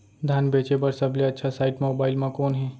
धान बेचे बर सबले अच्छा साइट मोबाइल म कोन हे?